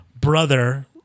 brother